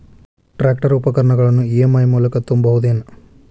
Tractor ಉಪಕರಣಗಳನ್ನು EMI ಮೂಲಕ ತುಂಬಬಹುದ ಏನ್?